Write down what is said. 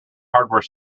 hardware